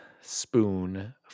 spoon